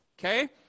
Okay